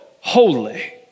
Holy